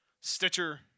Stitcher